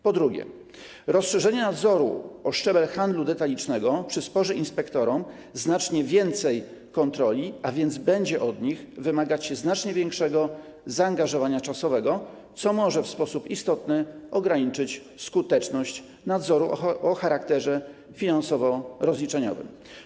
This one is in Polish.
Po drugie, rozszerzenie nadzoru o szczebel handlu detalicznego przysporzy inspektorom znacznie więcej kontroli, a więc będzie od nich wymagać znacznie większego zaangażowania czasowego, co może w sposób istotny ograniczyć skuteczność nadzoru o charakterze finansowo-rozliczeniowym.